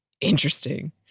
Interesting